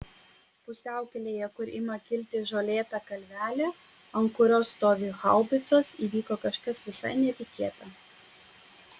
pusiaukelėje kur ima kilti žolėta kalvelė ant kurios stovi haubicos įvyko kažkas visai netikėta